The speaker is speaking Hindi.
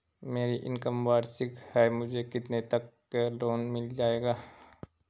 मेरी इनकम वार्षिक है मुझे कितने तक लोन मिल जाएगा?